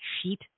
sheet